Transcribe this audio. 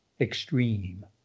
extreme